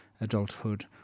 adulthood